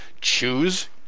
choose